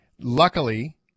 Luckily